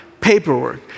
paperwork